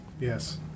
Yes